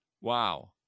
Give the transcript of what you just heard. Wow